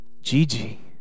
Gigi